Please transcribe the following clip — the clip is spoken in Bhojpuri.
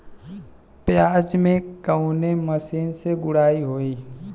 प्याज में कवने मशीन से गुड़ाई होई?